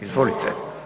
Izvolite.